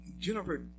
Jennifer